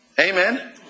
amen